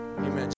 Amen